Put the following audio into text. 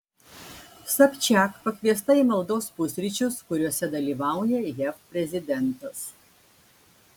sobčiak pakviesta į maldos pusryčius kuriuose dalyvauja jav prezidentas